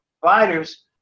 providers